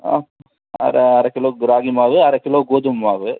அரை அரை கிலோ ராகி மாவு அரை கிலோ கோதுமை மாவு